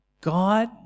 God